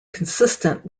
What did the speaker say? consistent